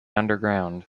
underground